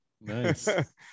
Nice